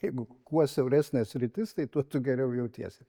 jeigu kuo siauresnė sritis tai tuo tu geriau jautiesi